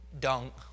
dunk